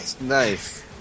Nice